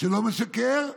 שלא משקר,